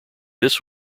this